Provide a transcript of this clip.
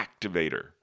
activator